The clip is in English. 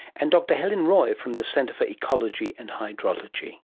and dr helen roy from the centre for ecology and hydrology.